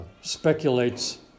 speculates